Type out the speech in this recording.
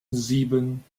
sieben